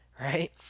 right